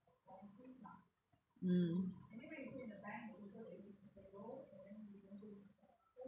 mm